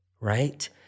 right